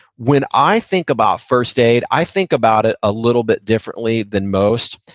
when i think about first aid, i think about it a little bit differently than most.